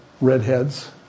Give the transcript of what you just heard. redheads